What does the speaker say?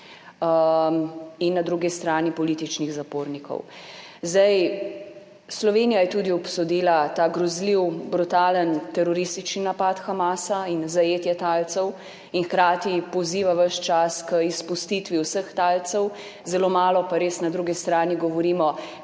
in na drugi strani političnih zapornikov. Slovenija je tudi obsodila ta grozljiv, brutalen teroristični napad Hamasa in zajetje talcev in hkrati poziva ves čas k izpustitvi vseh talcev, zelo malo pa res na drugi strani govorimo,